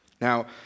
Now